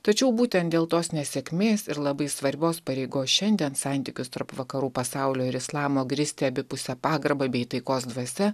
tačiau būtent dėl tos nesėkmės ir labai svarbios pareigos šiandien santykius tarp vakarų pasaulio ir islamo grįsti abipuse pagarba bei taikos dvasia